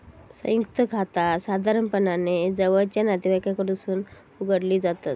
संयुक्त खाता साधारणपणान जवळचा नातेवाईकांकडसून उघडली जातत